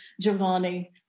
Giovanni